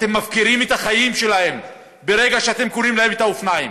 אתם מפקירים את החיים שלהם ברגע שאתם קונים להם את האופניים.